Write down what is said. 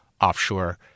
offshore